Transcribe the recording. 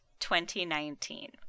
2019